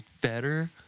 better